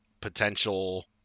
potential